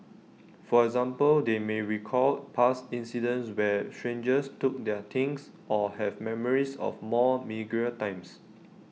for example they may recall past incidents where strangers took their things or have memories of more meagre times